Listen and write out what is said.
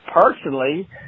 personally